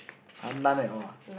[huh] none at all ah